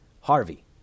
Harvey